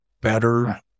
better